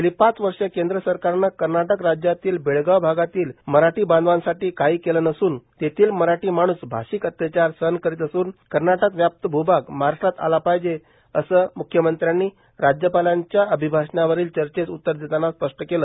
गेली पाच वर्ष केद सरकारनं कर्नाटक राज्यातील बेळगाव भागातील मराठी बांधवानसाठी काही केलं असन तेथील मराठी माणूस भाषिक अत्याचार सहन करीत असून कर्नाटक व्याप्त भूभाग महाराष्ट्रात आला पाहिजे असेही मख्यमंत्री राज्यपालांच्या चर्चेवरील अभिभाषणाच्या चर्चेस उतर देतांना स्पष्ट केलं